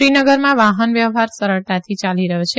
શ્રીનગરમાં વાહન વ્યવહાર સરળતાથી યાલી રહયો છે